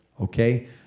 Okay